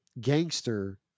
gangster